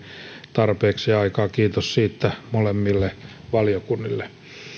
tarpeeksi aikaa kiitos siitä molemmille valiokunnille